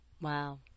Wow